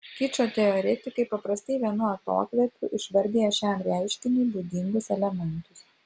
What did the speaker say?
kičo teoretikai paprastai vienu atokvėpiu išvardija šiam reiškiniui būdingus elementus